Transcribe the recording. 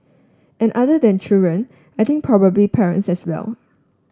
and other than children I think probably parents as well